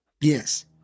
Yes